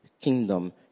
kingdom